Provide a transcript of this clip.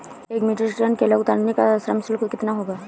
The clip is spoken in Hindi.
एक मीट्रिक टन केला उतारने का श्रम शुल्क कितना होगा?